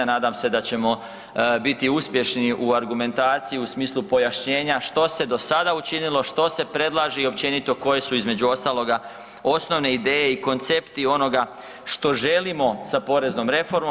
Nadam se da ćemo biti uspješni u argumentaciji u smislu pojašnjenja što se do sada učinilo, što se predlaže i općenito koje su između ostaloga osnovne ideje i koncepti onoga što želimo sa poreznom reformom.